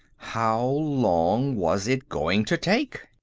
how long was it going to take?